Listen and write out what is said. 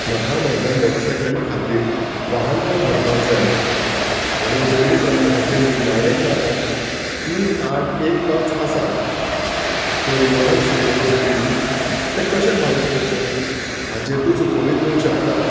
म्हाका म्हज्या मोटरसायकली खातीर वाहन कर भरपाक जाय आनी नोंदणी क्रमांकाचे निमाणे चार अंक तीन आठ एक पांच आसात परिवाहन सेवे वरवीं ते कशें फारीक करचे हाचेर तूं सुचोवणी दिवंक शकता